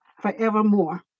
forevermore